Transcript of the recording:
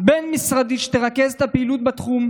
בין-משרדית שתרכז את הפעילות בתחום.